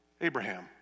Abraham